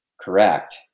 correct